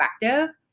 effective